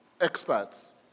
experts